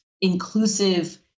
inclusive